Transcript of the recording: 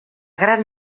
gran